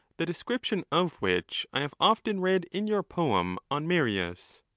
the description of which i have often read in your poem on marius.